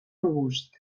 robust